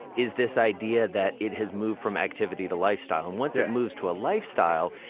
is this idea that it has moved from activity to lifestyle. and once it moves to a lifestyle,